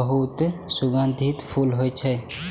बहुत सुगंधित फूल होइ छै